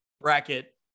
bracket